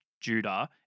Judah